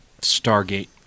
Stargate